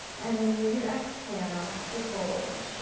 and then use your exhale to fold.